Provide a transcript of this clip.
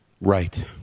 Right